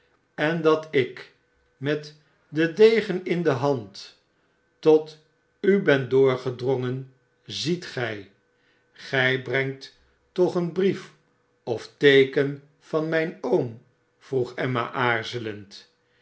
en dat ik met den degen in de hand tot u ben doorgedrongen net gi tgii brengt todi een brief of teeken van mipoom vroeg emma